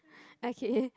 okay